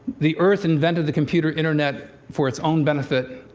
the earth invented the computer internet for its own benefit,